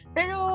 Pero